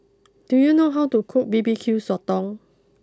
do you know how to cook B B Q Sotong